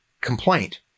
complaint